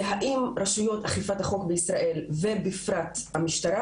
זה האם רשויות אכיפת החוק בישראל ובפרט המשטרה